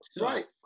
Right